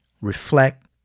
Reflect